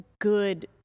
good